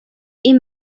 این